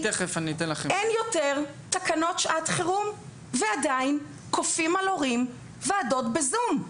אין יותר תקנות שעת חירום ועדיין כופים על הורים ועדות בזום.